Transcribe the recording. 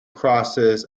crosses